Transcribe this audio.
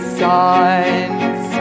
signs